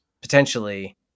potentially